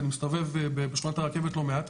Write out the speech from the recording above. ואני מסתובב בשכונת הרכבת לא מעט,